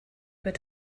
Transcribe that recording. would